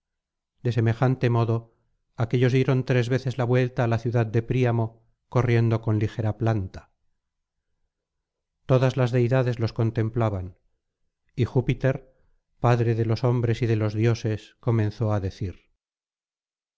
de semejante modo aquéllos dieron tres veces la vuelta á la ciudad de príamo corriendo con ligera planta todas las deidades los contemplaban y júpiter padre de los hombres y de los dioses comenzó á decir